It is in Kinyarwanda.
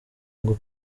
ngo